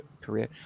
career